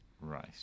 Right